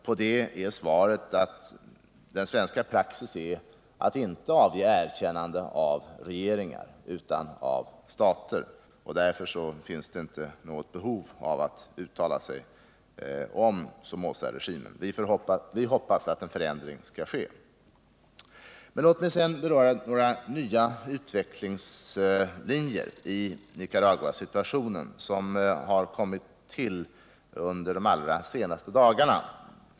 På denna fråga är svaret att svensk praxis är att inte erkänna regeringar utan stater. Därför finns inte något behov av att uttala sig på den här punkten om Somozaregimen. Vi hoppas att en förändring skall ske. Men låt mig sedan beröra några nya utvecklingslinjer som har tillkommit under de allra senaste dagarna i Nicaraguas situation.